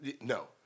no